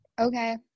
Okay